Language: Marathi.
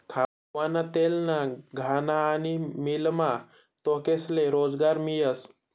खावाना तेलना घाना आनी मीलमा लोकेस्ले रोजगार मियस